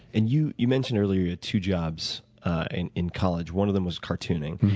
and you you mentioned earlier you had two jobs and in college. one of them was cartooning.